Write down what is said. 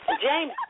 James